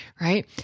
right